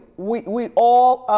we we all